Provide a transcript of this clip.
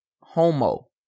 Homo